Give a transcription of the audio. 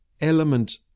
element